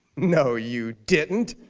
no you didn't